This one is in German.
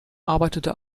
arbeitete